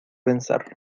pensar